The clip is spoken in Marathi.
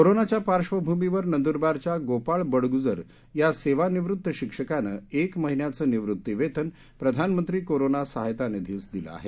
कोरोनाच्या पार्श्वभूमीवर नंदरबारच्या गोपाळ बडगुजर या सेवानिवृत्त शिक्षकाने एक महिन्याचे निवृतीवेतन प्रधानमंत्री कोरोना सहाय्यता निधीस दिले आहे